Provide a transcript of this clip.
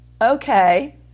okay